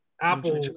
Apple